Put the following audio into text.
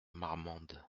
marmande